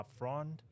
upfront